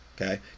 Okay